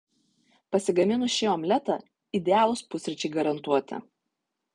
pasigaminus šį omletą idealūs pusryčiai garantuoti